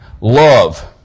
Love